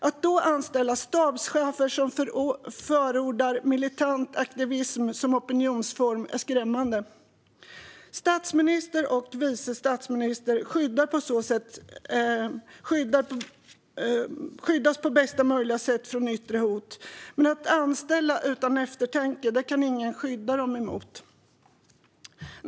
Att det då anställs stabschefer som förordar militant aktivism som opinionsform är skrämmande. Statsministern och vice statsministern skyddas på bästa möjliga sätt mot yttre hot, men att anställa utan eftertanke kan ingen skydda dem mot.